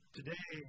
Today